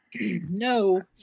No